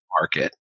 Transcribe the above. market